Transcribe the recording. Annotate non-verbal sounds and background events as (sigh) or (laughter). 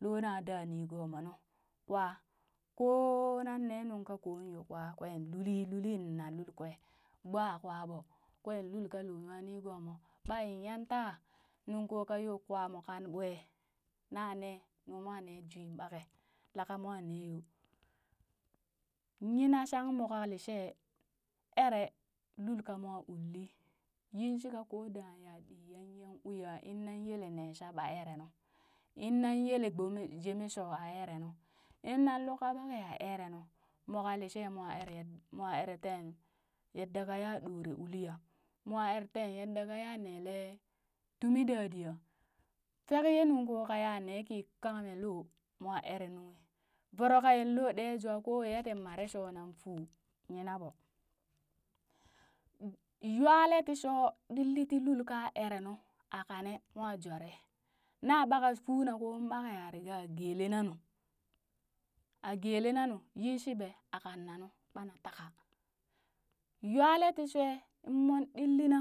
Loo na da nigoomo nu kwaa ko nan nee nuŋ kanan yoo, kwa kwen luli lulin na lul kwee gba kwa ɓo kwee lulka loo nyanigoomo ɓa in yan taa nuŋ ko ka yo kwa mo kan ɓwe, na ne nu mwa nee jwee ɓake laka mwa nee yo. (noise) Yina shang mo kalishee ere lul ka mo uli yin shika, ko danghe ɗi yan yi yan uya innan yele nee shap a eree nu in yele gbome jeme shooa eree nu, in nan lukka ɓa keya a eree nu, mo ka lishee mwa (noise) eree mwa eree ten yanda ka ya ɗore uli ya, mo eree teen yadda kaya nele tumi dadiya fek ye nunkoo kaya nee kii kame loo, mo ere nunghi. Voro kayang loo ɗee jwaa, ko waiya (noise) tin mare shoo nan fuu yina ɓoo yuwalee ti shoo ɗili ti lulka ere nu a kane mwa jware na ɓaka fuuna koon ɓakeya a riga gelenu, a gelena nu, yin shiɓe a kanna nu bana taka nywale ti shoe in mong ɗillina,